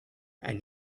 and